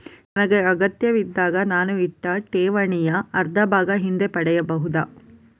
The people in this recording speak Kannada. ನನಗೆ ಅಗತ್ಯವಿದ್ದಾಗ ನಾನು ಇಟ್ಟ ಠೇವಣಿಯ ಅರ್ಧಭಾಗ ಹಿಂದೆ ಪಡೆಯಬಹುದಾ?